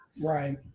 right